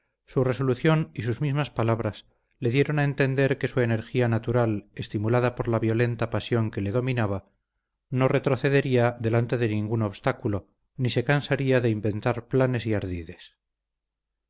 su resolución y sus mismas palabras le dieron a entender que su energía natural estimulada por la violenta pasión que le dominaba no retrocedería delante de ningún obstáculo ni se cansaría de inventar planes y ardides